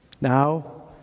Now